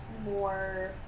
more